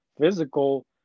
physical